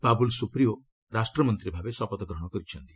ବାବୁଲ୍ ସୁପୟୋ ରାଷ୍ଟ୍ରମନ୍ତ୍ରୀ ଭାବେ ଶପଥ ଗ୍ରହଣ କରିଛନ୍ତି